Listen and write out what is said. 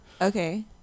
Okay